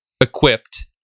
Equipped